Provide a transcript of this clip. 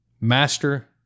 master